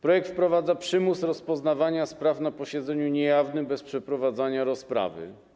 Projekt wprowadza przymus rozpoznawania spraw na posiedzeniu niejawnym bez przeprowadzania rozprawy.